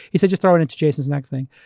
he said, just throw it into jason's next thing,